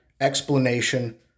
explanation